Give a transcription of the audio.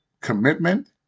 Commitment